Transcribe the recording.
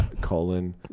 colon